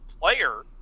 player